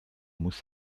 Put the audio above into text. muss